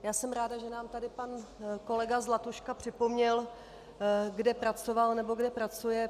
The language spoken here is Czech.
Já jsem ráda, že nám tady pan kolega Zlatuška připomněl, kde pracoval nebo kde pracuje.